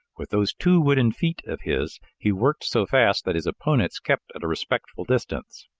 with those two wooden feet of his, he worked so fast that his opponents kept at a respectful distance.